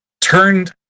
turned